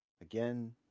again